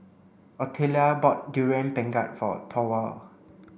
Otelia bought durian pengat for Thorwald